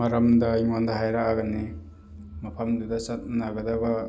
ꯃꯔꯝꯗ ꯑꯩꯉꯣꯟꯗ ꯍꯥꯏꯔꯛꯑꯒꯅꯤ ꯃꯐꯝꯗꯨꯗ ꯆꯠꯅꯒꯗꯕ